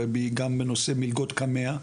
בנושא מלגות קמ"ע.